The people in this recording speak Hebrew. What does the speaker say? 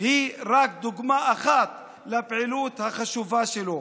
היא רק דוגמה אחת לפעילות החשובה שלו.